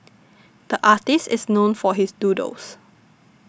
the artist is known for his doodles